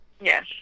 Yes